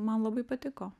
man labai patiko